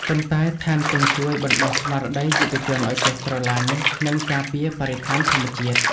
ប៉ុន្តែថែមទាំងជួយបណ្ដុះស្មារតីយុវជនឱ្យចេះស្រឡាញ់ និងការពារបរិស្ថានធម្មជាតិ។